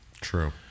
True